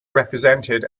represented